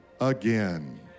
again